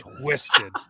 twisted